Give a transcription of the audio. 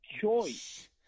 choice